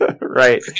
Right